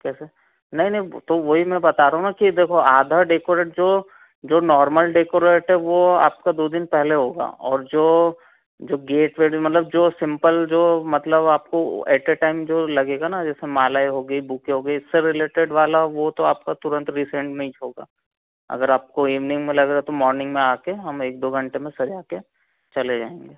कैसे नहीं नहीं तो वह ही मैं बता रहा हूँ ना कि देखो आधा डेकोरेट जो जो नॉर्मल डेकोरेट है वह आपको दो दिन पहले होगा और जो गेट वेट में मतलब जो सिम्पल जो मतलब आपको एट ए टाइम जो लगेगा ना जैसे मालाएँ हो गई बुके हो गई इससे रिलेटेड वाला वह तो आपको तुरंत रिसेंट में इच होगा अगर आपको एवनिंग में लगेगा तो मॉर्निंग में आकर हम एक दो घंटे में सजा कर चले जाएँगे